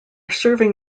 serving